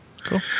Cool